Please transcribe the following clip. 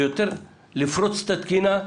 לפרוץ את התקינה,